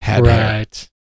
Right